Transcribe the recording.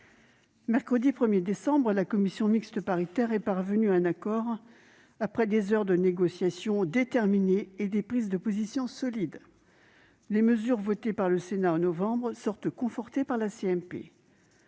mercredi 1 décembre, la commission mixte paritaire est parvenue à un accord après des heures de négociation déterminées et des prises de position solides. Elle a conforté les mesures votées par le Sénat en novembre. Nous avons maintenu